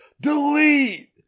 delete